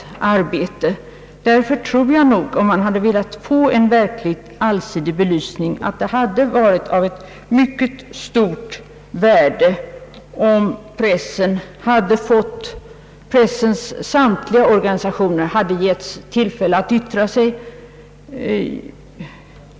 Jag tror därför att det, om man hade velat få en verkligt allsidig belysning, hade varit av stort värde om pressens samtliga organisationer givits tillfälle att yttra sig.